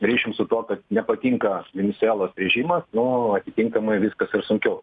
ryšium su tuo kad nepatinka venesuelos režimas nu atitinkamai viskas ir sunkiau